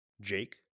Jake